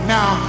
now